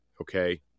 Okay